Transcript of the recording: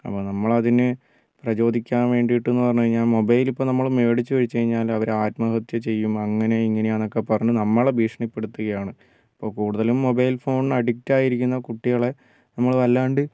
അപ്പോൾ നമ്മളതിന് പ്രചോദിക്കാൻ വേണ്ടീട്ടെന്നു പറഞ്ഞുകഴിഞ്ഞാൽ മൊബൈൽ ഇപ്പോൾ നമ്മൾ മേടിച്ചു വെച്ച് കഴിഞ്ഞാൽ അവർ ആത്മഹത്യ ചെയ്യും അങ്ങനെയാണ് ഇങ്ങനെയാണ് എന്നൊക്കെ പറഞ്ഞ് നമ്മളെ ഭീഷണിപ്പെടുത്തുകയാണ് ഇപ്പോൾ കൂടുതലും മൊബൈൽ ഫോണിന് അഡിക്റ്റ് ആയിരിക്കുന്ന കുട്ടികളെ നമ്മൾ വല്ലാണ്ട്